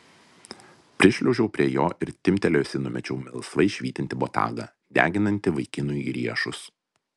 prišliaužiau prie jo ir timptelėjusi numečiau melsvai švytintį botagą deginantį vaikinui riešus